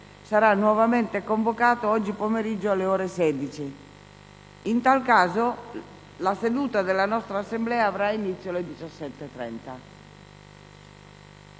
sarà nuovamente convocato oggi pomeriggio alle ore 16. In tal caso, la seduta della nostra Assemblea avrà inizio alle ore